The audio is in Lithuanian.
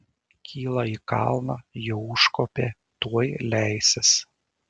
kyla į kalną jau užkopė tuoj leisis